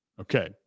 Okay